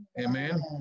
Amen